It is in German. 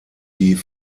die